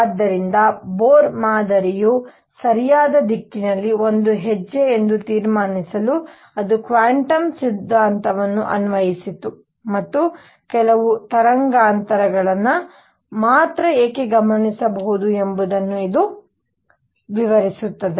ಆದ್ದರಿಂದ ಬೋರ್ ಮಾದರಿಯು ಸರಿಯಾದ ದಿಕ್ಕಿನಲ್ಲಿ ಒಂದು ಹೆಜ್ಜೆ ಎಂದು ತೀರ್ಮಾನಿಸಲು ಅದು ಕ್ವಾಂಟಮ್ ಸಿದ್ಧಾಂತವನ್ನು ಅನ್ವಯಿಸಿತು ಮತ್ತು ಕೆಲವು ತರಂಗಾಂತರಗಳನ್ನು ಮಾತ್ರ ಏಕೆ ಗಮನಿಸಬಹುದು ಎಂಬುದನ್ನು ಇದು ವಿವರಿಸುತ್ತದೆ